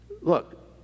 Look